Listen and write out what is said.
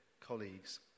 colleagues